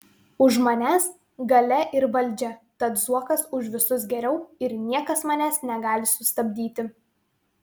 už manęs galia ir valdžia tad zuokas už visus geriau ir niekas manęs negali sustabdyti